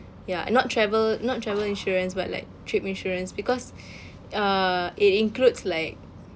ya not travel not travel insurance but like trip insurance because uh it includes like